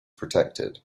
protected